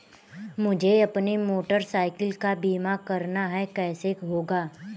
मुझे अपनी motorcycle का बीमा करना है कैसे होगा?